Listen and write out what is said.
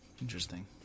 Interesting